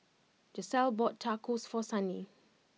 Giselle bought Tacos for Sunny